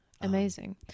amazing